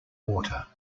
water